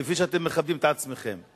כפי שאתם מכבדים את עצמכם.